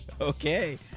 Okay